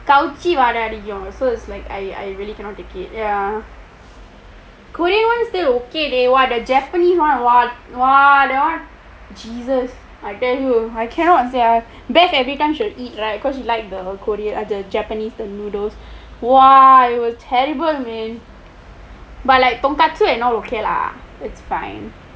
கோவிச்சி வாடை அடிக்கும்:kovacchi vaadai adikkum so it is like I I really cannot take it ya korean [one] still ok but !wah! the japanese [one] !wah! that [one] jesus I tell you I cannot sia I bet everytime you eat right cause you like the korea the japanese the noodles !wah! it was terrible man but like tonkatsu and all ok lah it is fine